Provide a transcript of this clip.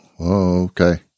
okay